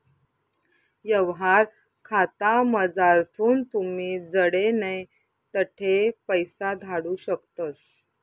यवहार खातामझारथून तुमी जडे नै तठे पैसा धाडू शकतस